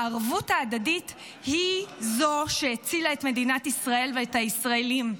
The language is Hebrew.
הערבות ההדדית היא זו שהצילה את מדינת ישראל ואת הישראלים: